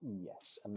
yes